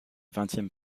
vingtième